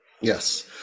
Yes